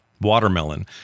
watermelon